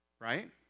Right